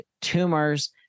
tumors